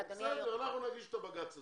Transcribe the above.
בסדר, אנחנו נגיש את הבג"צ הזה.